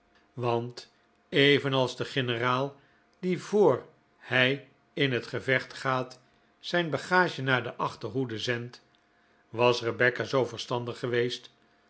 want evenals een generaal die voor hij in het gevecht gaat zijn bagage naar de achterhoede zendt was rebecca zoo verstandig geweest